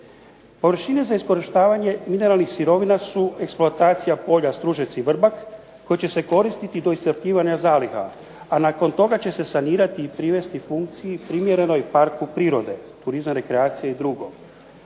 Površine za iskorištavanje mineralnih sirovina su eksploatacija polja Stružec i Vrbak koji će se koristiti do iscrpljivanja zaliha, a nakon toga će se sanirati i privesti funkciji primjerenoj Parku prirode, turizma, rekreacije i drugo.